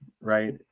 right